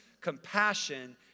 compassion